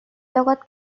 লগত